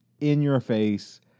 in-your-face